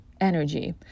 energy